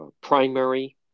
primary